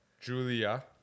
Julia